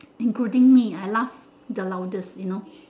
including me I laugh the loudest you know